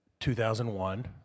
2001